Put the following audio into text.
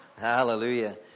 Hallelujah